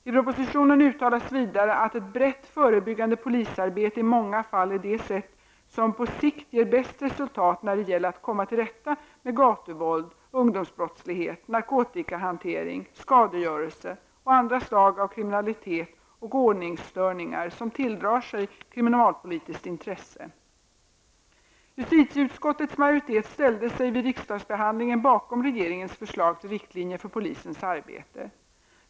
I propositionen uttalades vidare att ett brett förebyggande polisarbete i många fall är det sätt som på sikt ger bäst resultat när det gäller att komma till rätta med gatuvåld, ungdomsbrottslighet, narkotikahantering, skadegörelse och andra slag av kriminalitet och ordningsstörningar som tilldrar sig kriminalpolitiskt intresse. Justitieutskottets majoritet ställde sig vid riksdagsbehandlingen bakom regeringens förslag till riktlinjer för polisens arbete.